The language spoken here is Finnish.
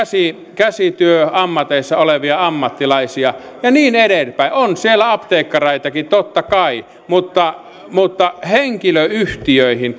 käsityöammateissa olevia ammattilaisia ja niin edespäin on siellä apteekkareitakin totta kai mutta mutta henkilöyhtiöihin